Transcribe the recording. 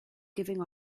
giving